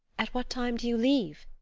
at what time do you leave?